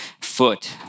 foot